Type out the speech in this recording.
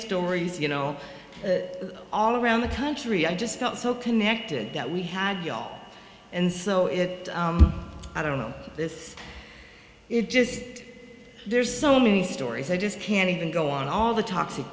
stories you know all around the country i just felt so connected that we had gone and so it i don't know this it just there's so many stories i just can't even go on all the toxic